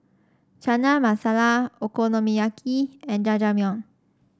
Chana Masala Okonomiyaki and Jajangmyeon